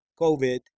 COVID